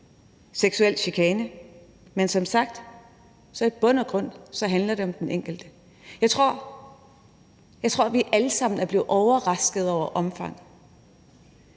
seksuel chikane, men som sagt handler det i bund og grund om den enkelte. Jeg tror, at vi alle sammen er blevet overrasket over omfanget,